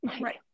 Right